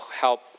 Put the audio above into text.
help